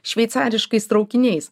šveicariškais traukiniais